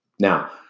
Now